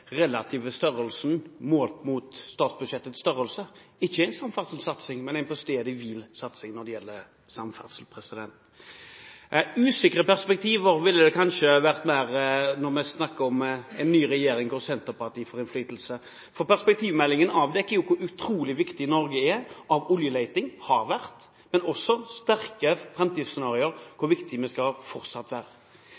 relative størrelsen målt mot størrelsen på statsbudsjettet ikke er en samferdselssatsing, men en på-stedet-hvil-satsing når det gjelder samferdsel. Usikre perspektiver ville kanskje vært mer dekkende når vi snakker om en ny regjering der Senterpartiet får innflytelse, for perspektivmeldingen avdekker jo hvor utrolig viktig oljeleting er og har vært for Norge, men også hvor viktig det fortsatt skal være å ha sterke framtidsscenarioer.